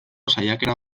saiakera